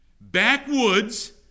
backwoods